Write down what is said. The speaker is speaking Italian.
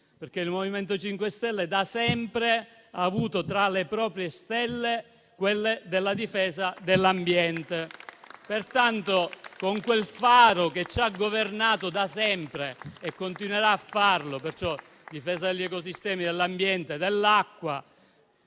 perché il MoVimento 5 Stelle da sempre ha avuto tra le proprie stelle quelle della difesa dell'ambiente. Il faro che ci ha governato da sempre e continuerà a farlo è la difesa degli ecosistemi, dell'ambiente, dell'acqua